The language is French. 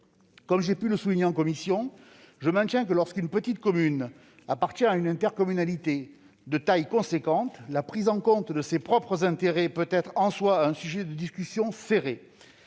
Comme j'ai pu le souligner en commission, je maintiens que lorsqu'une petite commune appartient à une intercommunalité de taille importante, la prise en compte de ses propres intérêts peut être en soi un sujet de discussion serré.